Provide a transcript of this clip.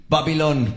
Babylon